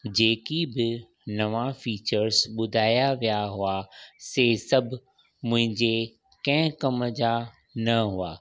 जेकिब नवां फ़ीचर्स ॿुधाया विया हुआ उहे सभु मुंहिंजे कंहिं कमु जा न हुआ